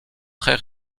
très